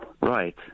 Right